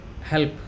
help